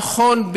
נכון,